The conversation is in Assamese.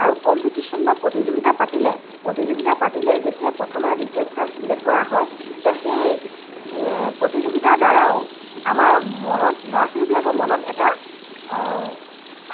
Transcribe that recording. আৰু কম্পিটিচন বা প্ৰতিযোগিতা পাতিলে প্ৰতিযোগিতা পাতিলে যেতিয়া প্ৰথম আৰু দ্বিতীয় স্থান ছিলেক্ট কৰা হয় তেতিয়া সেই প্ৰতিযোগিতাৰ দ্বাৰাও আমাৰ মনত ল'ৰা ছোৱালীবিলাকৰ মনত এটা